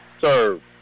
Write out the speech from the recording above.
serve